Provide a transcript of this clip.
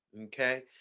okay